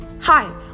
Hi